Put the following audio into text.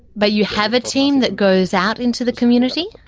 but you have a team that goes out into the community?